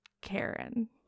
Karen